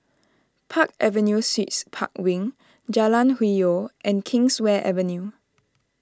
Park Avenue Suites Park Wing Jalan Hwi Yoh and Kingswear Avenue